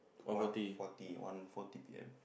one Forty One forty P_M